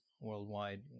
worldwide